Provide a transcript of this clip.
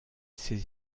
ses